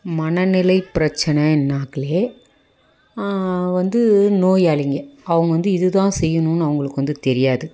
மனநிலை பிரச்சினைனாக்லே வந்து நோயாளிங்க அவங்க வந்து இதுதான் செய்யணுன்னு அவங்களுக்கு வந்து தெரியாது